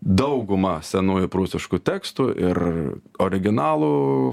dauguma senųjų prūsiškų tekstų ir originalų